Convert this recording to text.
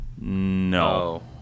No